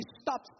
stop